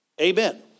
Amen